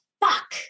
fuck